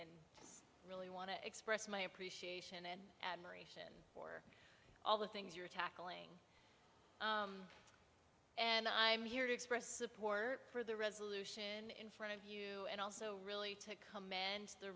i really want to express my appreciation and admiration all the things you're tackling and i'm here to express support for the resolution in front of you and also really to command the